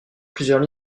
plusieurs